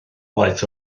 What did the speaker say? waith